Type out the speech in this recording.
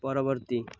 ପରବର୍ତ୍ତୀ